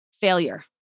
Failure